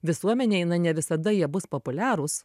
visuomenėj na ne visada jie bus populiarūs